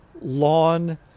lawn